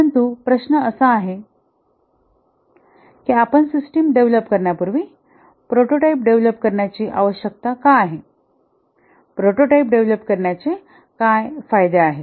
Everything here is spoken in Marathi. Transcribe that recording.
परंतु प्रश्न असा आहे की आपण सिस्टम डेव्हलप करण्यापूर्वी प्रोटोटाइप डेव्हलप करण्याची आवश्यकता का आहे प्रोटोटाइप डेव्हलप करण्याचे काय फायदे आहेत